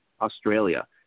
Australia